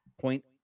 point